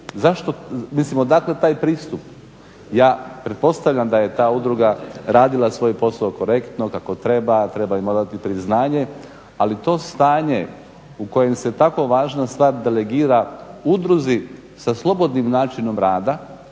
zašto? Mislim odakle taj pristup? Ja pretpostavljam da je ta udruga radila svoj posao korektno kako treba, treba im odati priznanje ali to stanje u kojem se tako važna stvar delegira udruzi sa slobodnim načinom rada